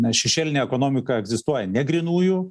na šešėlinė ekonomika egzistuoja ne grynųjų